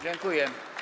Dziękuję.